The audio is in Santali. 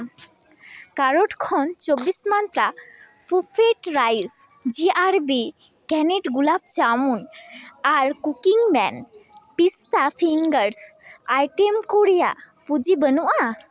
ᱠᱟᱨᱚᱴ ᱠᱷᱚᱱ ᱪᱚᱵᱽᱵᱤᱥ ᱢᱚᱱᱛᱨᱟ ᱯᱩᱯᱷᱤᱰ ᱨᱟᱭᱤᱥ ᱡᱤ ᱟᱨ ᱵᱤ ᱠᱮᱱᱤᱰ ᱜᱩᱞᱟᱵᱽ ᱡᱟᱢᱩᱱ ᱟᱨ ᱠᱩᱠᱤᱝ ᱢᱮᱱ ᱯᱤᱥᱴᱟ ᱯᱷᱤᱱᱜᱟᱨᱥ ᱟᱭᱴᱮᱢ ᱠᱚ ᱨᱮᱭᱟᱜ ᱯᱩᱸᱡᱤ ᱵᱟᱹᱱᱩᱜᱼᱟ